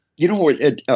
you know it's a